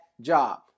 job